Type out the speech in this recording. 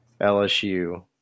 LSU